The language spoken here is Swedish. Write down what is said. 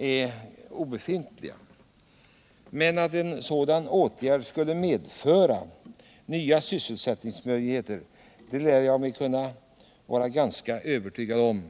är obefintliga. Men att en sådan åtgärd skulle medföra nya sysselsättningsmöjligheter kan vi vara ganska övertygade om.